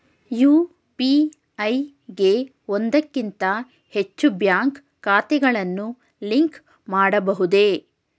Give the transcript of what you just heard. UPI ಗೆ ಒಂದಕ್ಕಿಂತ ಹೆಚ್ಚು ಬ್ಯಾಂಕ್ ಖಾತೆಗಳನ್ನು ಲಿಂಕ್ ಮಾಡಬಹುದೇ?